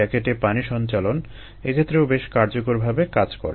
জ্যাকেটে পানি সঞ্চালন এক্ষেত্রেও বেশ কার্যকরভাবে কাজ করে